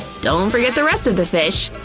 don't forget the rest of the fish!